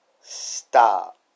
stop